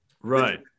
Right